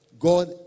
God